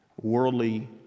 worldly